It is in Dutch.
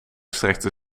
strekte